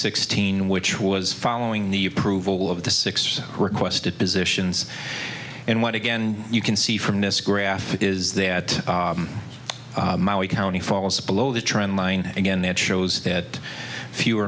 sixteen which was following the approval of the six requested positions in what again you can see from this graph is that county falls below the trend line again that shows that fewer